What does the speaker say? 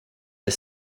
the